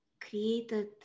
created